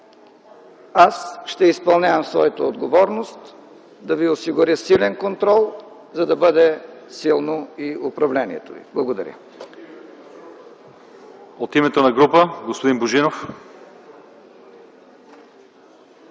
Аз ще изпълнявам своята отговорност да ви осигуря силен контрол, за да бъде силно и управлението ви. Благодаря.